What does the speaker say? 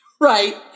Right